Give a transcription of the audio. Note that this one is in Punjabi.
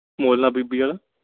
ਮੁਹੱਲਾ ਬੀਬੀ ਆਲਾ